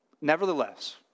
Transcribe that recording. Nevertheless